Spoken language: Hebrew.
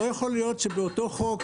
לא יכול להיות שבאותו חוק,